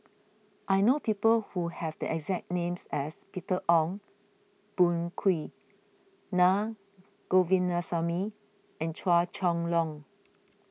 I know people who have the exact names as Peter Ong Boon Kwee Na Govindasamy and Chua Chong Long